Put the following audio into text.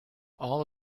all